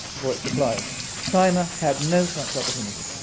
for its supplies. china had no such opportunity.